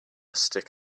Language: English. stick